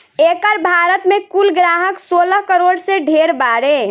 एकर भारत मे कुल ग्राहक सोलह करोड़ से ढेर बारे